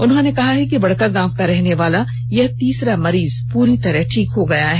उन्होंने कहा है कि बड़कागांव का रहने वाला यह तीसरा मरीज पुरी तरह ठीक हो गया है